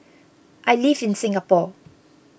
I live in Singapore